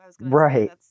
Right